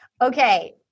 Okay